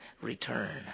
return